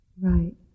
Right